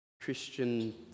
Christian